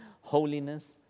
holiness